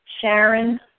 Sharon